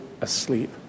asleep